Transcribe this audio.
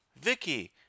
vicky